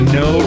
no